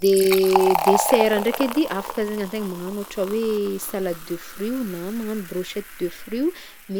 de dessert ndraiky edy afaka zagny antegna magnagno ôhatra hoe salade de fruit i na brochette de fruit io mety.